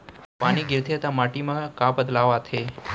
पानी गिरथे ता माटी मा का बदलाव आथे?